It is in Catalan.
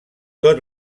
tot